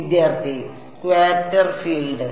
വിദ്യാർത്ഥി scatter field